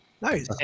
Nice